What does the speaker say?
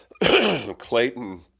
Clayton